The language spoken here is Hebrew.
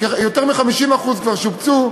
ויותר מ-50% כבר שובצו.